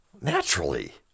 Naturally